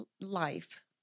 life